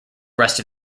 rest